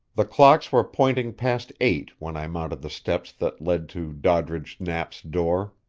the clocks were pointing past eight when i mounted the steps that led to doddridge knapp's door.